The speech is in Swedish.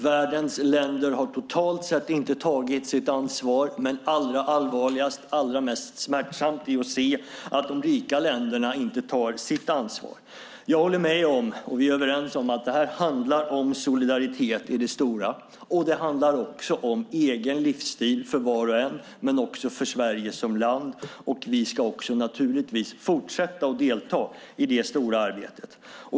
Världens länder har totalt sett inte tagit sitt ansvar. Men allra allvarligast och mest smärtsamt är att se att de rika länderna inte tar sitt ansvar. Jag håller med om, och vi är överens om, att det här handlar om solidaritet i det stora och det handlar också om egen livsstil för var och en och för Sverige som land. Vi ska naturligtvis fortsätta att delta i det stora arbetet.